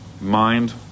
mind